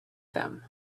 them